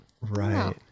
Right